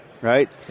right